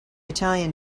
italian